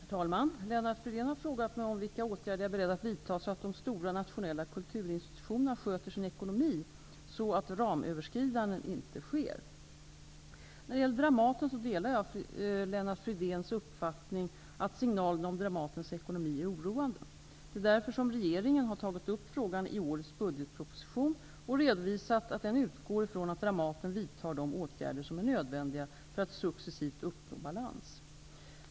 Herr talman! Lennart Fridén har frågat mig om vilka åtgärder jag är beredd att vidta så att de stora nationella kulturinstitutionerna sköter sin ekonomi så att ramöverskridanden inte sker. När det gäller Dramaten delar jag Lennart Fridéns uppfattning att signalen om Dramatens ekonomi är oroande. Det är därför som regeringen har tagit upp frågan i årets budgetproposition och redovisat att den utgår från att Dramaten vidtar de åtgärder som är nödvändiga för att successivt uppnå balans.